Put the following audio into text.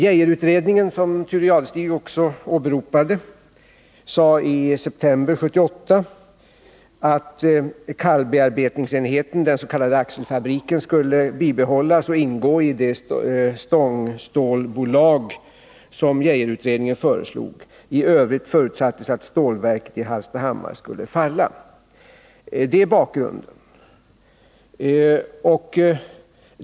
Geijerutredningen, som Thure Jadestig också åberopade, sade i september 1978 att kallbearbetningsenheten, den s.k. axelfabriken, skulle bibehållas och ingå i det stångstålbolag som Geijerutredningen föreslog. I övrigt förutsattes att stålverket i Hallstahammar skulle falla. Det är bakgrunden.